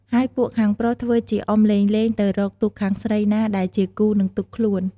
ហើយពួកខាងប្រុសធ្វើជាអុំលេងៗ ទៅរកទូកខាងស្រីណាដែលជាគូនឹងទូកខ្លួន។